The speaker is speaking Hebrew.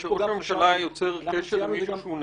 ראש הממשלה יוצר קשר עם מישהו שהוא נחקר?